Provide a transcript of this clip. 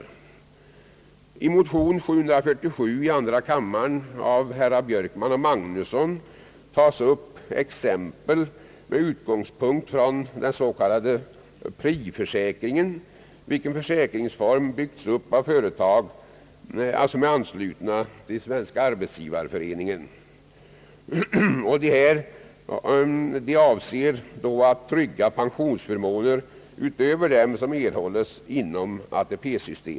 I motion 747 i andra kammaren av herrar Björkman och Magnusson tas upp exempel med utgångspunkt från det s.k. PRI-systemet, som byggts upp av företag som är anslutna till Svenska arbetsgivareföreningen. Systemet avser att trygga pensionsförmåner utöver dem som erhålles enligt ATP.